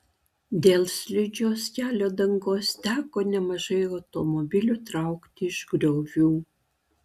dėl slidžios kelio dangos teko nemažai automobilių traukti iš griovių